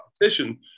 competition